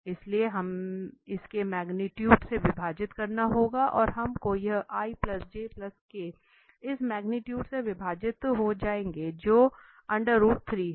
इसलिए हमें इसके मगनीटुडे से विभाजित करना होगा और हम को यह इस मगनीटुडे से विभाजित हो जाएंगे जो है